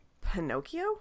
Pinocchio